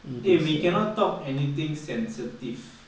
eh we cannot talk anything sensitive